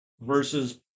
versus